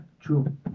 True